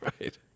Right